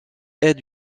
aide